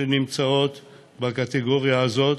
שנמצאים בקטגוריה הזאת,